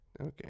Okay